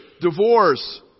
divorce